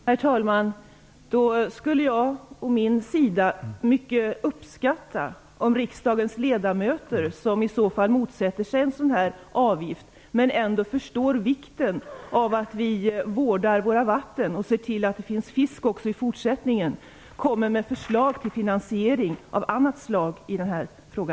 Herr talman! Då skulle jag å min sida uppskatta mycket om riksdagens ledamöter, som i så fall motsätter sig en sådan här avgift men ändå förstår vikten av att vi vårdar våra vatten och ser till att det finns fisk också i fortsättningen, kommer med förslag till finansiering av annat slag i denna fråga.